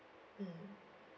mm